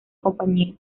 compañía